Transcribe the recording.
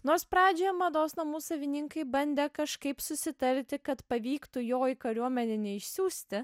nors pradžioje mados namų savininkai bandė kažkaip susitarti kad pavyktų jo į kariuomenę neišsiųsti